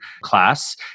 class